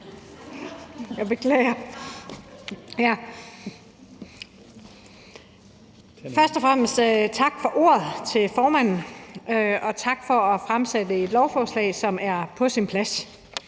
Først og fremmest tak til formanden for ordet, og tak for at fremsætte et lovforslag, som er på sin plads.